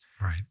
Right